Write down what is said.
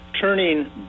turning